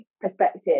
perspective